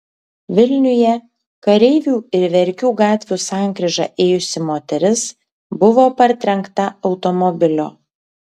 vilniuje kareivių ir verkių gatvių sankryža ėjusi moteris buvo partrenkta automobilio